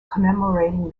commemorating